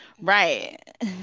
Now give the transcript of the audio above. Right